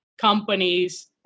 companies